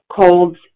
colds